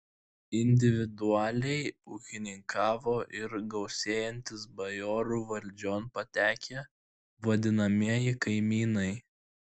individualiai ūkininkavo ir gausėjantys bajorų valdžion patekę vadinamieji kaimynai